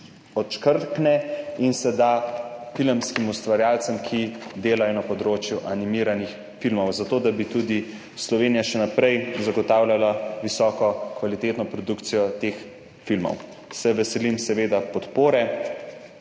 odškrtne in se da filmskim ustvarjalcem, ki delajo na področju animiranih filmov, zato da bi tudi Slovenija še naprej zagotavljala visoko kvalitetno produkcijo teh filmov. Seveda se veselim podpore,